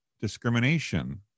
discrimination